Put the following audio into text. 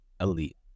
elite